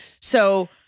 So-